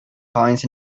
coins